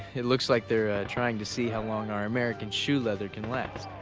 it looks like they're trying to see how long our american shoe leather can last.